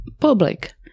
public